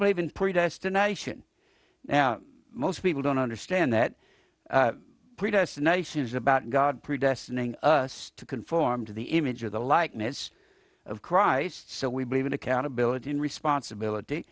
believe in predestination now most people don't understand that predestination is about god predestined in us to conform to the image of the likeness of christ so we believe in accountability and responsibility